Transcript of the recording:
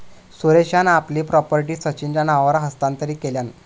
सुरेशान आपली प्रॉपर्टी सचिनच्या नावावर हस्तांतरीत केल्यान